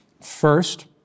First